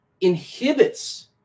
inhibits